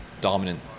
dominant